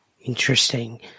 Interesting